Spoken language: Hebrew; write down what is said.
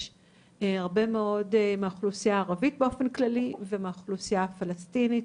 הרבה מאוד מהאוכלוסייה הערבית באופן כללי ומהאוכלוסייה הפלסטינית,